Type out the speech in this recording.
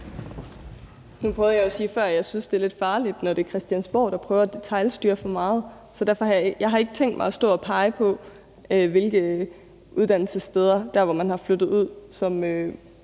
Nu prøvede jeg jo at sige før, at jeg synes, det er lidt farligt, når det er Christiansborg, der prøver at detailstyre for meget. Jeg har ikke tænkt mig at stå og pege på, hvilke af de uddannelsessteder, man har udflyttet, som